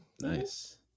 nice